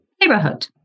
neighborhood